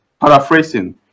paraphrasing